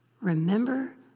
remember